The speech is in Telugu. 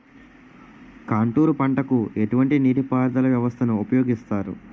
కాంటూరు పంటకు ఎటువంటి నీటిపారుదల వ్యవస్థను ఉపయోగిస్తారు?